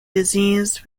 disease